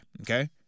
okay